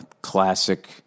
classic